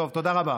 תודה רבה.